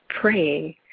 praying